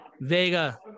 Vega